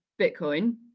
Bitcoin